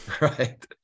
right